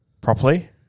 properly